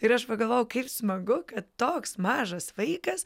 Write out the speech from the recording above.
ir aš pagalvojau kaip smagu kad toks mažas vaikas